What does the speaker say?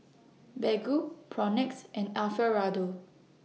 Baggu Propnex and Alfio Raldo